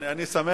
אני שמח,